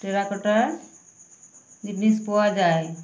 terracotta জিনিস পাওয়া যায়